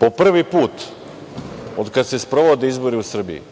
Po prvi put od kada se sprovode izbori u Srbiji